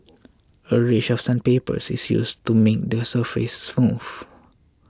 a range of sandpapers is used to make the surface smooth